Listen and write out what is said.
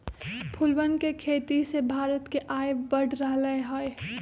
फूलवन के खेती से भारत के आय बढ़ रहले है